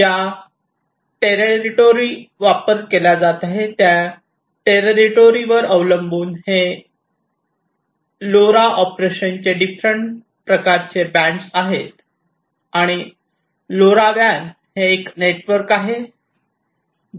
ज्या टेररिटोरी वापर केला जात आहे त्या टेररिटोरी वर अवलंबून हे एलओआरएच्या ऑपरेशनचे डिफरंट प्रकारचे बँड आहेत